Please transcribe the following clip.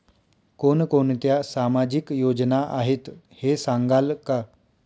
कोणकोणत्या सामाजिक योजना आहेत हे सांगाल का?